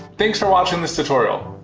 thanks for watching this tutorial.